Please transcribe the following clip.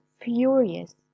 furious